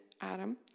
Adam